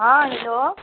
हाँ हैल्लो